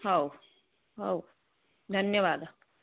ହଉ ହଉ ଧନ୍ୟବାଦ